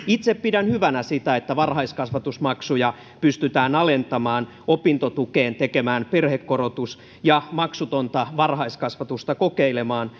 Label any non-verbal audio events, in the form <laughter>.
<unintelligible> itse pidän hyvänä sitä että varhaiskasvatusmaksuja pystytään alentamaan opintotukeen tekemään perhekorotus ja maksutonta varhaiskasvatusta kokeilemaan <unintelligible>